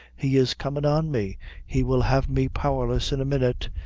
he is comin' on me he will have me powerless in a minute.